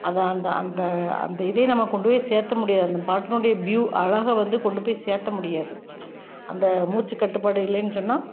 அதான் அந்த அந்த அந்த இதே நம்ம கொண்டுப்போய் சேர்த்த முடியாது அந்த பாட்டினுடைய வியூ அழகை வந்து கொண்டு போய் சேர்த்த முடியாது அந்த மூச்சுக்கட்டுப்பாடு இல்லேனு சொன்னால்